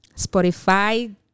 Spotify